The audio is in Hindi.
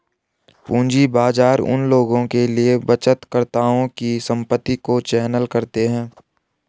पूंजी बाजार उन लोगों के लिए बचतकर्ताओं की संपत्ति को चैनल करते हैं